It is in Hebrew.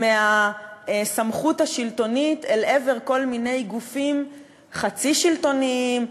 מהסמכות השלטונית אל עבר כל מיני גופים חצי שלטוניים,